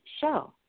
show